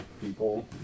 people